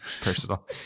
Personal